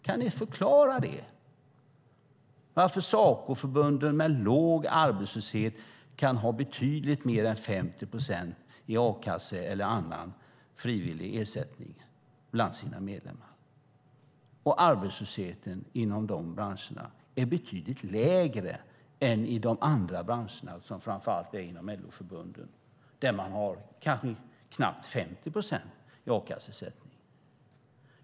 Kan ni förklara varför medlemmarna i Sacoförbund med låg arbetslöshet kan ha betydligt mer än 50 procent a-kassa och annan frivillig ersättning samtidigt som arbetslösheten i de branscherna är betydligt lägre än i andra branscher inom LO-förbunden? Där har man kanske knappt 50 procent i a-kasseersättning.